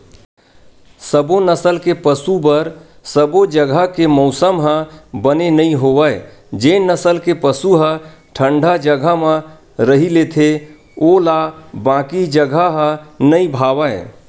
सबो नसल के पसु बर सबो जघा के मउसम ह बने नइ होवय जेन नसल के पसु ह ठंडा जघा म रही लेथे ओला बाकी जघा ह नइ भावय